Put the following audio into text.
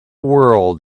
world